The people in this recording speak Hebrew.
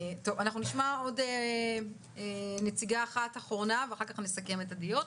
אנחנו נשמע עוד נציגה אחת אחרונה ואז נסכם את הדיון.